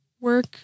work